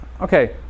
Okay